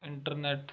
internet